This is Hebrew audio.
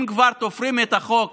אם כבר תופרים את החוק